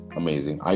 amazing